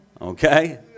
Okay